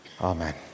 Amen